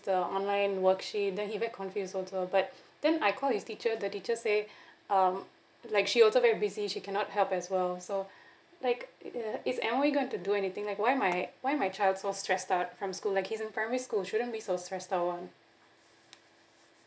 the online worksheet then he very confused also but then I call his teacher the teacher say um like she also very busy she cannot help as well so like ya is M_O_E going to do anything like why my why my child so stressed out from school like he's in primary school shouldn't be so stressed out [one]